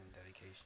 dedication